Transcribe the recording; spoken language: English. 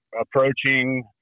approaching